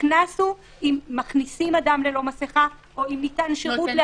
הקנס הוא אם מכניסים אדם ללא מסיכה או אם ניתן לו שירות.